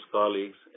colleagues